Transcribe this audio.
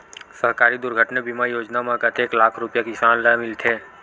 सहकारी दुर्घटना बीमा योजना म कतेक लाख रुपिया किसान ल मिलथे?